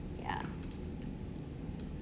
ya